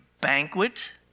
banquet